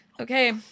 okay